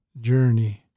Journey